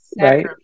right